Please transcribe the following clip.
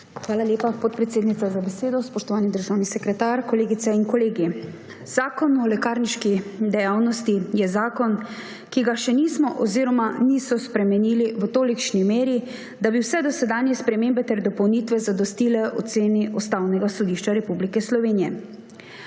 Hvala lepa, podpredsednica, za besedo. Spoštovani državni sekretar, kolegice in kolegi! Zakon o lekarniški dejavnosti je zakon, ki ga še nismo oziroma niso spremenili v tolikšni meri, da bi vse dosedanje spremembe ter dopolnitve zadostile oceni Ustavnega sodišča Republike Slovenije.